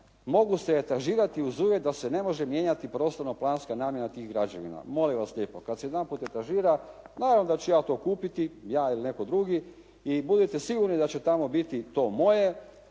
mogu se etažirati uz uvjet da se ne može mijenjati prostorno planska namjena tih građevina. Molim vas lijepo, kad se jedanput etažira naravno da ću ja to kupiti, ja ili netko drugi, i budite sigurni da će tamo biti to moje.